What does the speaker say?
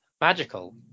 magical